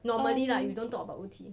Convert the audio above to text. normally lah if you don't talk about O_T